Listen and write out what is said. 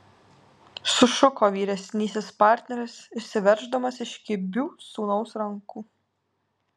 sušuko vyresnysis partneris išsiverždamas iš kibių sūnaus rankų